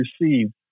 received